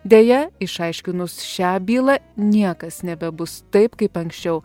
deja išaiškinus šią bylą niekas nebebus taip kaip anksčiau